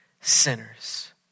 sinners